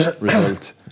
result